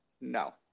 No